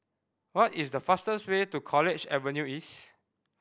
what is the fastest way to College Avenue East